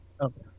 Okay